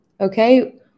okay